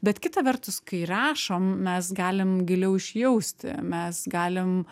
bet kita vertus kai rašom mes galim giliau išjausti mes galim